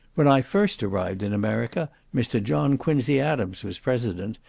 when i first arrived in america mr. john quincy adams was president,